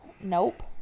Nope